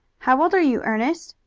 how old are you, ernest?